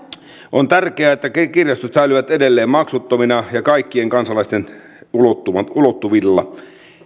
on tärkeää että kirjastot säilyvät edelleen maksuttomina ja kaikkien kansalaisten ulottuvilla